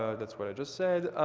that's what i just said.